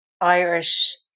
Irish